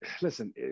listen